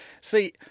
See